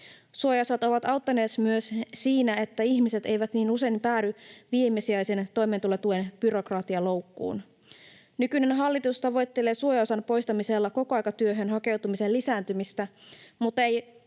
Suojaosat ovat auttaneet myös siinä, että ihmiset eivät niin usein päädy viimesijaisen toimeentulotuen byrokratialoukkuun. Nykyinen hallitus tavoittelee suojaosan poistamisella kokoaikatyöhön hakeutumisen lisääntymistä, mutta ei